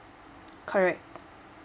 correct